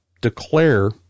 declare